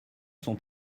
sont